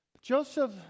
Joseph